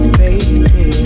baby